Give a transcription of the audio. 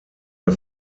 der